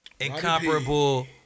incomparable